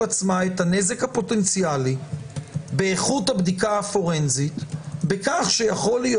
עצמה את הנזק הפוטנציאלי באיכות הבדיקה הפורנזית בכך שיכול להיות